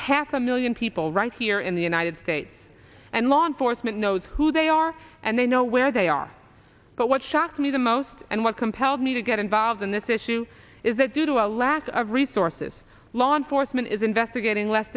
half a million people right here in the united states and law enforcement knows who they are and they know where they are but what shocked me the most and what compelled me to get involved in this issue is that due to a lack of resources law enforcement is investigating less